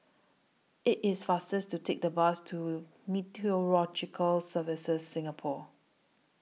IT IS faster to Take The Bus to Meteorological Services Singapore